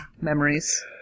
Memories